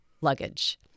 luggage